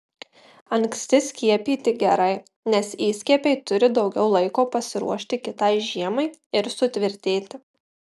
anksti skiepyti gerai nes įskiepiai turi daugiau laiko pasiruošti kitai žiemai ir sutvirtėti